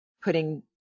putting